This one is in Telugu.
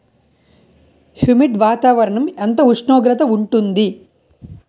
హ్యుమిడ్ వాతావరణం ఎంత ఉష్ణోగ్రత ఉంటుంది?